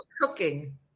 cooking